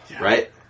Right